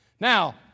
Now